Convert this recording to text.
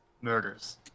murders